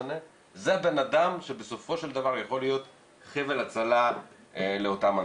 זה הבן אדם שבסופו של דבר יכול להיות חבל הצלה לאותם אנשים.